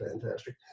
fantastic